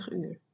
uur